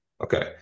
Okay